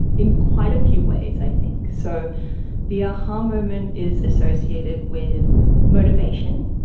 in quite a few ways i think. so the a-ha moment is associated with motivation.